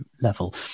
level